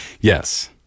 Yes